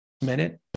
minute